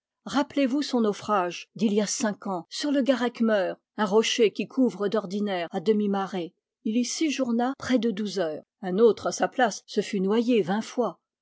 rappelez-vous son naufrage d'il y a cinq ans sur le garrec meur un rocher qui couvre d'ordinaire à demi marée il y séjourna près de douze heures un autre à sa place se fût noyé vingt fois